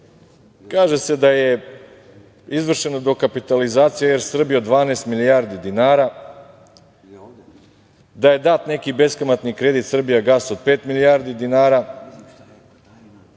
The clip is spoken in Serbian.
Kaže se da je izvršena dokapitalizacija, jer Srbija 12 milijardi dinara, da je dat neki beskamatni kredit „Srbijagasa“ od pet milijardi dinara